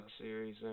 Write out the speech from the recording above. series